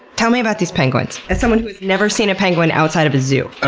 tell me about these penguins. as someone who has never seen a penguin outside of the zoo,